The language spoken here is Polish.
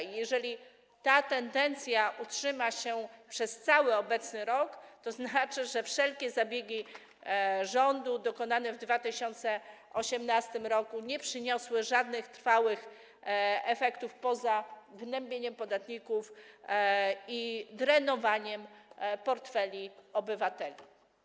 I jeżeli ta tendencja utrzyma się przez cały obecny rok, to będzie znaczyło, że wszelkie zabiegi rządu dokonane w 2018 r. nie przyniosły żadnych trwałych efektów poza gnębieniem podatników i drenowaniem portfeli obywateli.